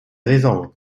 saison